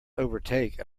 overtake